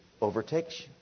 overtakes